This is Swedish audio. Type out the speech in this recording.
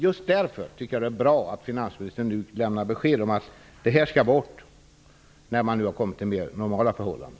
Just därför är det bra att finansministern nu lämnar besked om att detta skall bort när man nu fått mer normala förhållanden.